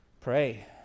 pray